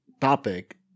topic